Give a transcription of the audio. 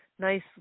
Nice